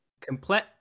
complete